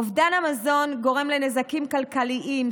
אובדן המזון גורם לנזקים כלכליים,